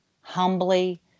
humbly